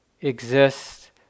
exists